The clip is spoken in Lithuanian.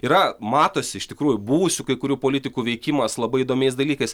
yra matosi iš tikrųjų buvusių kai kurių politikų veikimas labai įdomiais dalykais